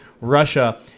Russia